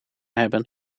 hebben